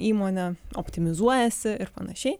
įmonė optimizuojasi ir panašiai